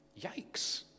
Yikes